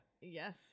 Yes